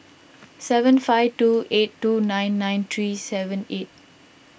seven five two eight two nine nine three seven eight